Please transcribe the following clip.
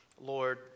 Lord